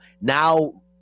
now